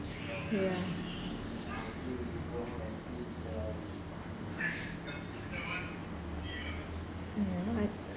ya ya I